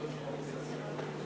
חברי חברי הכנסת,